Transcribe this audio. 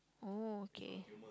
oh okay